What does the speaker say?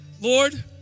Lord